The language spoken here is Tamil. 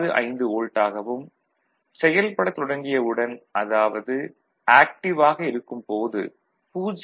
65 வோல்ட் ஆகவும் செயல்பட தொடங்கியவுடன் அதாவது ஆக்டிவ் ஆக இருக்கும் போது 0